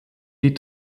die